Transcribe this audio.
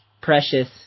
precious